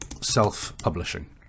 self-publishing